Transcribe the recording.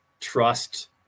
trust